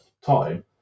time